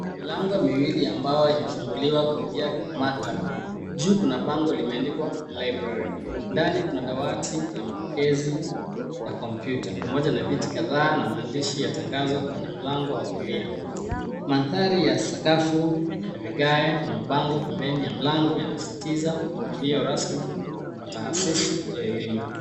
Milango miwili ya mbao imefunguliwa kuingia kwenye maktaba. Juu kuna bango limeandikwa library . Ndani kuna dawati la mapokezi na kompyuta pamoja na viti kadhaa na maandishi ya tangazo kwenye mlango wa kulia. Mandhari ya sakafu ya vigae na mabango pembeni ya mlango yanasisitiza kiingilio rasmi kwa taasisi ya elimu.